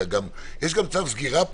אלא יש פה גם צו סגירה,